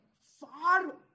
far